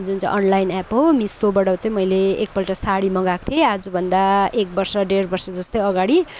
जुन चाहिँ online app हो मिसोबाट चाहिँ मैले एकपल्ट सारी मगाएको थिएँ आजभन्दा एक वर्ष डेढ वर्ष जस्तै अगाडि